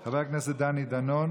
חבר הכנסת דני דנון.